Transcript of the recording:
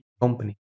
company